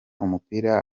umupira